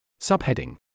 Subheading